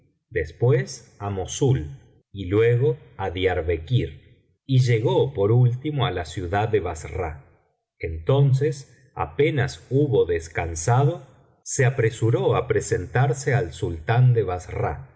después á mossul y luego á diarbekir y llegó por último á la ciudad de bassra entonces apenas hubo descansado se apresuró á presentarse al sultán de bassra